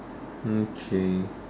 okay